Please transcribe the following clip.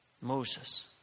Moses